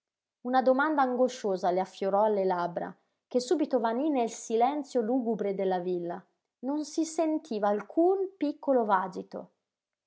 una domanda angosciosa le affiorò alle labbra che subito vaní nel silenzio lugubre della villa non si sentiva alcun piccolo vagito